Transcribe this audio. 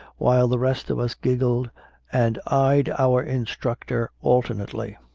while the rest of us giggled and eyed our instructor alternately.